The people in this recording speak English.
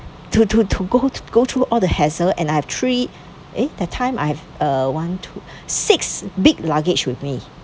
to to to go thr~ go through all the hassle and I have three eh that time I have uh one two six big luggages with me